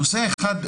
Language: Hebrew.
נושא אחד,